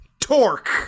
Torque